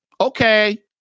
Okay